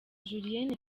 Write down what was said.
julienne